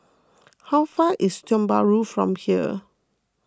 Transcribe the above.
how far is Tiong Bahru from here